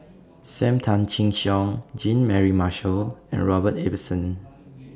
SAM Tan Chin Siong Jean Mary Marshall and Robert Ibbetson